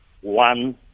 one